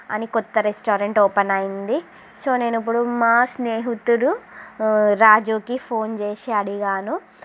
అని కొత్త restaurant open అయింది సో నేను ఇప్పుడు మా స్నేహితుడు రాజుకి ఫోన్ చేసి అడిగాను